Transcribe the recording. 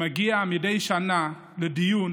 שמגיע מדי שנה לדיון